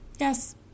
Yes